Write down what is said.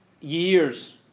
years